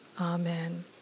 Amen